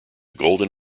golden